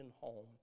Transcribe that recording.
home